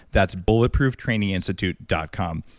that's bulletprooftraininginstitute dot com.